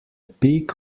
peak